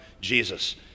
Jesus